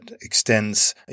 extends